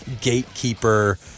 gatekeeper